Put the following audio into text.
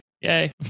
Yay